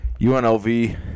UNLV